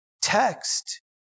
text